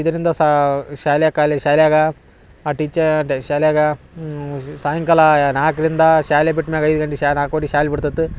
ಇದರಿಂದ ಸಾ ಶ್ಯಾಲ ಕಾಲೆ ಶಾಲ್ಯಾಗ ಟೀಚರ್ ಡೆ ಶಾಲ್ಯಾಗ ಸಾಯಂಕಾಲ ನಾಲ್ಕರಿಂದ ಶ್ಯಾಲೆ ಬಿಟ್ಮ್ಯಾಗ ಐದ್ಗಂಟೆ ಸಾ ನಾಲ್ಕುವರೆ ಶ್ಯಾಲಿ ಬಿಡ್ತತ್ತ